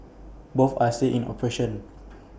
both are still in operation